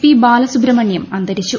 P Balasubrahmanyam അന്തരിച്ചു